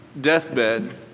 deathbed